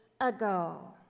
ago